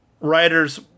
writers